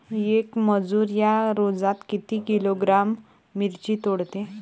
येक मजूर या रोजात किती किलोग्रॅम मिरची तोडते?